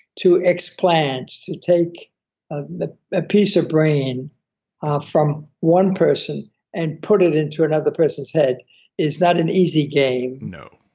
to explant to take ah a ah piece of brain from one person and put it into another person's head is not an easy game no